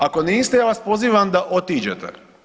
Ako niste ja vas pozivam da otiđete.